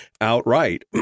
outright